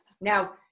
Now